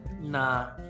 Nah